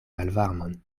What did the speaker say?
malvarmon